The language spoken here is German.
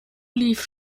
lief